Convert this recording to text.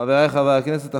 חברי חברי הכנסת,